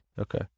Okay